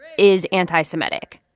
is anti-semitic?